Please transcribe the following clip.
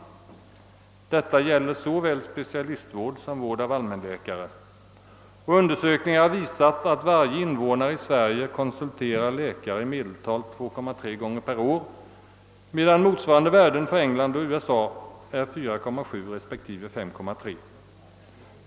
Detta gäller såväl specialistvård som vård av allmänläkare. Undersökningar har visat att varje invånare i Sverige konsulterar läkare i medeltal 2,3 gånger per år, medan motsvarande värden för England och USA är 4,7 respektive 5,3.